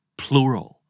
plural